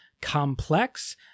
complex